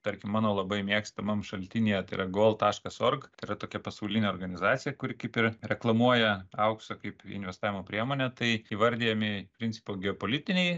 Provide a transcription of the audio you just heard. tarkim mano labai mėgstamam šaltinyje tai yra gold taškas org tai yra tokia pasaulinė organizacija kuri kaip ir reklamuoja auksą kaip investavimo priemonę tai įvardijami iš principo geopolitiniai